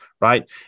right